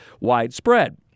widespread